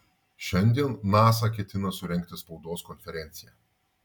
šiandien nasa ketina surengti spaudos konferenciją